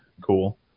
Cool